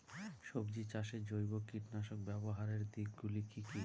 সবজি চাষে জৈব কীটনাশক ব্যাবহারের দিক গুলি কি কী?